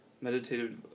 meditative